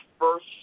first